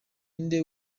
inde